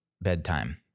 bedtime